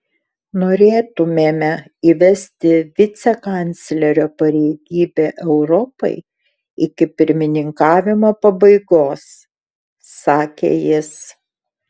norėtumėme įvesti vicekanclerio pareigybę europai iki pirmininkavimo pabaigos sakė jis